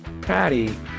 Patty